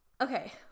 Okay